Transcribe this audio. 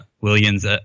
Williams